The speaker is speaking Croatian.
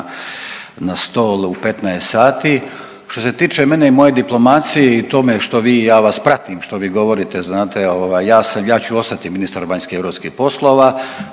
na stol u 15 sati. Što se tiče mene i moje diplomacije i tome što vi, ja vas pratim što vi govorite znate ovaj ja, ja ću ostati ministar vanjskih i europskih poslova,